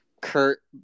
Kurt